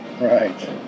Right